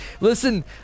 listen